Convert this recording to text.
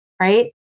Right